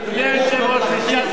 לא בש"ס.